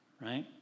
right